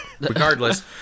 regardless